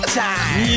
time